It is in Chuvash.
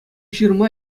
ҫырма